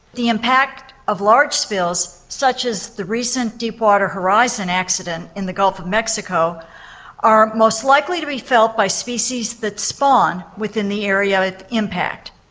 the impact of large spills such as the recent deepwater horizon accident in the gulf of mexico are most likely to be felt by species that spawn within the area of impact.